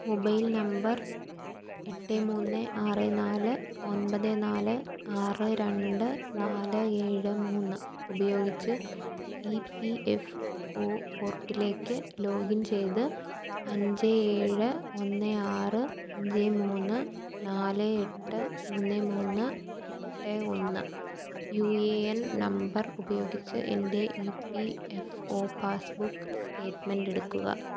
mobile number എട്ട് മൂന്ന് ആറ് നാല് ഒന്പത് നാല് ആറ് രണ്ട് നാല് ഏഴ് മൂന്ന് ഉപയോഗിച്ച് ഈ പി എഫ് ഒ പോർട്ടിലേക്കു ലോഗ് ഇൻ ചെയ്ത് അഞ്ച് ഏഴ് ഒന്ന് ആറ് അഞ്ച് മൂന്ന് നാല് എട്ട് മൂന്ന് മൂന്ന് എട്ട് ഒന്ന് യൂ ഏ എൻ നമ്പർ ഉപയോഗിച്ച് എന്റെ E P F O passbook statement എടുക്കുക